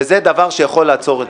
וזה דבר שיכול לעצור את